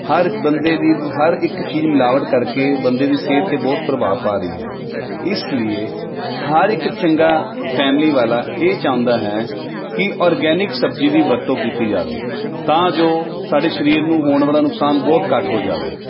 ਹਰ ਬੰਦੇ ਦੀ ਹਰ ਇੱਕ ਚੀਜ਼ ਮਿਲਾਵਟ ਕਰਕੇ ਬੰਦੇ ਦੀ ਸਿਹਤ 'ਤੇ ਬਹੁਤ ਪ੍ਰਭਾਵ ਪਾ ਰਹੀ ਹੈ ਇਸ ਲੀਏ ਹਰ ਇੱਕ ਚੰਗਾ ਫੈਮਿਲੀ ਵਾਲਾ ਇਹ ਚਾਹੁੰਦਾ ਹੈ ਕਿ ਔਰਗੈਨਿਕ ਸਬਜ਼ੀ ਦੀ ਵਰਤੋਂ ਕੀਤੀ ਜਾਵੇ ਤਾਂ ਜੋ ਸਾਡੇ ਸਰੀਰ ਨੂੰ ਹੋਣ ਵਾਲਾ ਨੁਕਸਾਨ ਬਹੁਤ ਘੱਟ ਹੋ ਜਾਵੇ